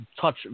touch